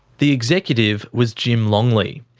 the executive was jim longley.